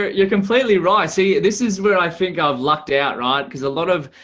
you're completely right. see, this is where i think i've lucked out, right? because a lot of